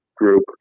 group